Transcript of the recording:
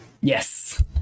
Yes